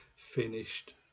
finished